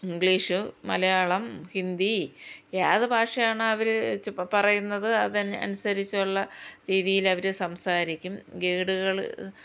English Malayalam Hindi ഏത് ഭാഷയാണോ അവർ ച ഇപ്പം പറയന്നുത് അതനുസരിച്ചുള്ള രീതിയിലവർ സംസാരിക്കും ഗൈഡുകൾ